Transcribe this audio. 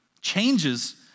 changes